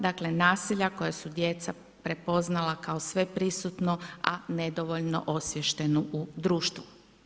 Dakle, nasilja, koja su djeca prepoznala kao sve prisutno, a nedovoljno osviješteno u društvo.